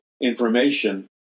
information